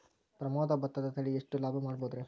ಪ್ರಮೋದ ಭತ್ತದ ತಳಿ ಎಷ್ಟ ಲಾಭಾ ಮಾಡಬಹುದ್ರಿ?